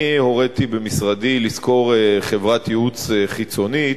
אני הוריתי במשרדי לשכור חברת ייעוץ חיצונית,